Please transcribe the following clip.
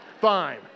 fine